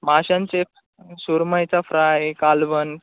माशांचे सुरमईचा फ्राय कालवण